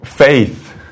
faith